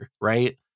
right